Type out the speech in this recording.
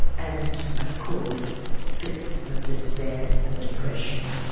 and of course fits of despair and depression.